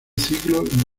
ciclo